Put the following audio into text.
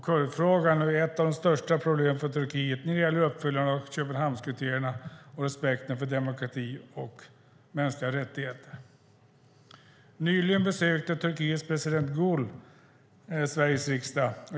Kurdfrågan är ett av de största problemen för Turkiet när det gäller uppfyllandet av Köpenhamnskriterierna och respekten för demokrati och mänskliga rättigheter. Nyligen besökte Turkiets president Gül Sveriges riksdag.